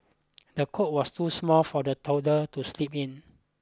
the coat was too small for the toddler to sleep in